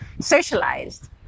socialized